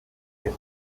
que